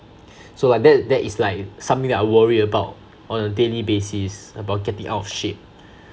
so like that that is like something I worry about on a daily basis about getting out of shape